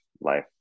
life